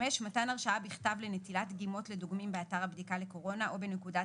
מתן הרשאה בכתב לנטילת דגימות לדוגמים באתר הבדיקה לקורונה או בנקודת